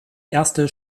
erste